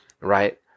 right